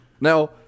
Now